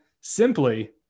simply